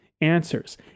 answers